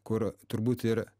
kur turbūt ir